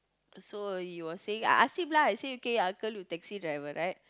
so he was saying I ask him lah he say okay uncle you taxi driver right